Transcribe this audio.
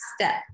step